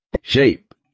shape